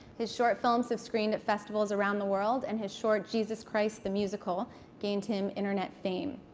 his short films have screened at festivals around the world, and his short jesus christ the musical gained him internet fame.